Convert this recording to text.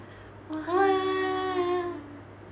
!wah!